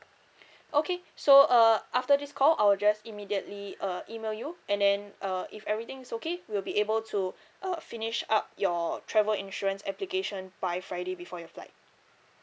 okay so uh after this call I'll just immediately uh email you and then uh if everything's okay we'll be able to uh finish up your travel insurance application by friday before your flight